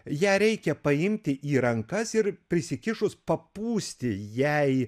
ją reikia paimti į rankas ir prisikišus papūsti jai